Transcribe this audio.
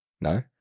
No